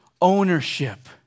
ownership